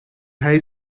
hij